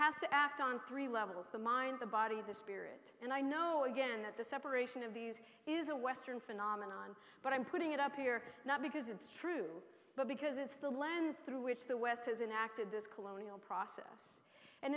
has to act on three levels the mind the body the spirit and i know again that the separation of these is a western phenomenon but i'm putting it up here not because it's true but because it's the lens through which the west has in acted this colonial process and